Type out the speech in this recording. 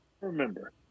remember